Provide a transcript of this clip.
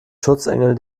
schutzengel